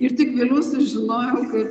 ir tik vėliau sužinojau kad